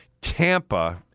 Tampa